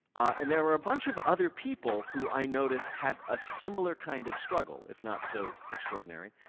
and there were a bunch of other people who i noticed had a similar kind of struggle, if not so extraordinary.